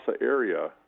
area